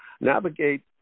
navigate